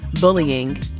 bullying